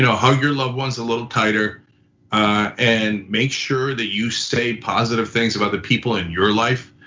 hug your loved ones a little tighter and make sure that you say positive things about the people in your life,